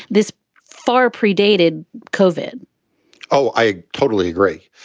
this far pre-dated cauvin oh, i totally agree.